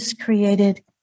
created